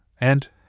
and